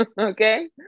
Okay